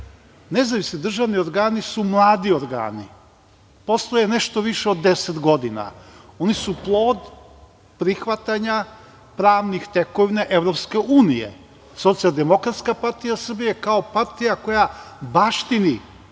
nezavisni državni organi su mladi organi, postoje nešto više od deset godina. Oni su plod prihvatanja pravnih tekovina EU. Socijaldemokratska partija Srbije, kao partija koja baštini